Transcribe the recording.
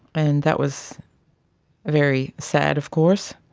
and that was very sad of course.